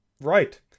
right